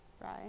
Right